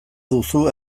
duzu